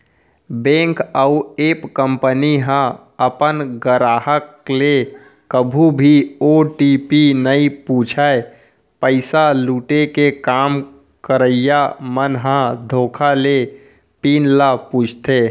bank अउ app company ह अपन गराहक ले कभू भी ओ.टी.पी नइ पूछय, पइसा लुटे के काम करइया मन ह धोखा ले पिन ल पूछथे